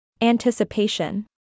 Anticipation